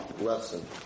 lesson